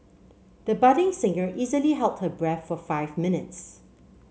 the budding singer easily held her breath for five minutes